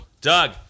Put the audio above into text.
Doug